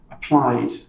applied